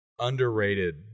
underrated